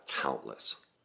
countless